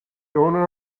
owner